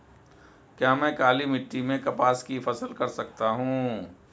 क्या मैं काली मिट्टी में कपास की फसल कर सकता हूँ?